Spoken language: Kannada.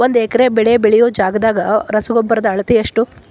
ಒಂದ್ ಎಕರೆ ಬೆಳೆ ಬೆಳಿಯೋ ಜಗದಾಗ ರಸಗೊಬ್ಬರದ ಅಳತಿ ಎಷ್ಟು?